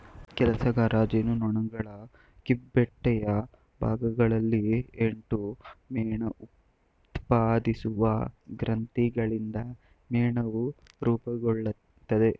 ಕೆಲಸಗಾರ ಜೇನುನೊಣಗಳ ಕಿಬ್ಬೊಟ್ಟೆಯ ಭಾಗಗಳಲ್ಲಿ ಎಂಟು ಮೇಣಉತ್ಪಾದಿಸುವ ಗ್ರಂಥಿಗಳಿಂದ ಮೇಣವು ರೂಪುಗೊಳ್ತದೆ